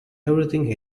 everything